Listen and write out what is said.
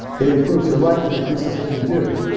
it improves your life, it increases what you do.